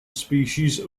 species